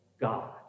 God